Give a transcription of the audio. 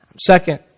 Second